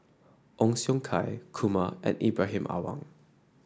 Ong Siong Kai Kumar and Ibrahim Awang